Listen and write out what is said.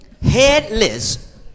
Headless